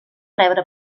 rebre